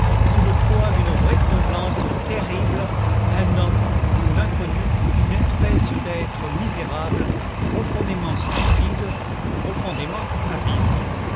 sous le poids d'une vraisemblance terrible un homme un inconnu une espèce d'être misérable profondément stupide ou profondément habile